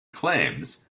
claims